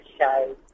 show